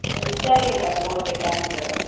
ம் சரிங்க madam okay thanks madam